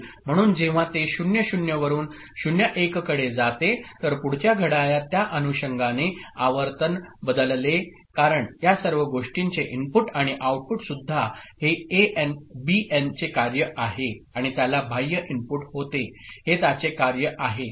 म्हणून जेव्हा ते 0 0 वरुन 0 1 कडे जाते तर पुढच्या घड्याळात त्या अनुषंगाने आवर्तन बदलेल कारण या सर्व गोष्टींचे इनपुट आणि आऊटपुट सुद्धा हे एएन बीएन चे कार्य आहे आणि त्याला बाह्य इनपुट होते हे त्याचे कार्य आहे ओके